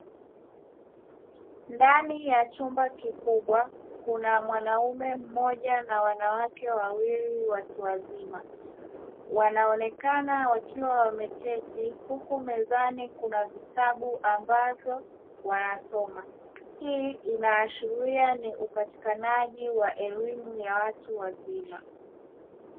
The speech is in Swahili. Ndani ya chumba kikubwa kuna mwanaume mmoja, na wanawake wawili watu wazima wanaonekana wakiwa wameketi huku mezani kuna vitabu ambavyo wanasoma. Hii inaashiria ni upatikanaji wa elimu ya watu wazima.